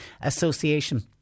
association